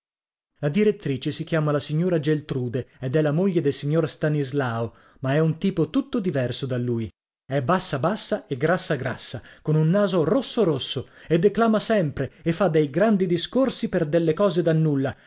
la direttrice si chiama la signora geltrude ed è la moglie del signor stanislao ma è un tipo tutto diverso da lui è bassa bassa e grassa grassa con un naso rosso rosso e declama sempre e fa dei grandi discorsi per delle cose da nulla